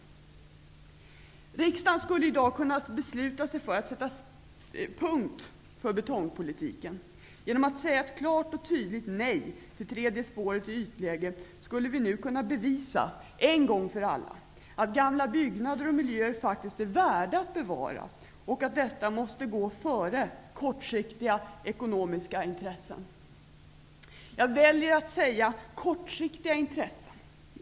Riksdagen skulle i dag kunna besluta sig för att sätta punkt för betongpolitiken. Genom att säga ett klart och tydligt nej till tredje spåret i ytläge skulle vi nu kunna bevisa, en gång för alla, att gamla byggnader och miljöer faktiskt är värda att bevara och att detta måste gå före kortsiktiga ekonomiska intressen. Jag väljer att säga kortsiktiga intressen.